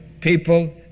people